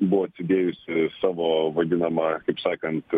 buvo atsidėjusi savo vadinamą kaip sakant